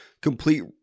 complete